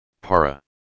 para